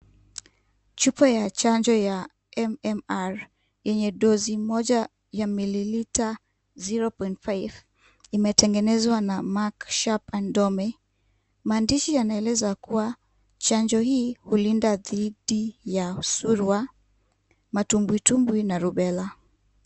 Chupa ya chanjo ya MMR yenye dosi moja ma mililita 0.5 imetenengezwa na Mark Sharp Ndome. Maandishi yanaeleza kuwa chanjo hii hulinda dhidi ya surua, matumbwitumbwi na rubella.